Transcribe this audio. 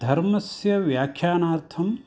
धर्मस्य व्याख्यानार्थं